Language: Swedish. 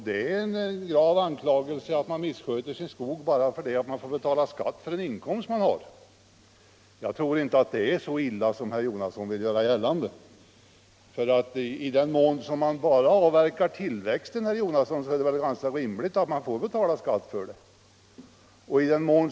Det är en grav anklagelse att man missköter sin skog bara därför att man Skogsbeskattningen Skogsbeskattningen får betala skatt på den inkomst man har. Jag tror inte att det är så illa som herr Jonasson vill göra gällande. I den mån man bara avverkar tillväxten är det väl ganska rimligt, herr Jonasson, att man får betala skatt för den inkomst man får.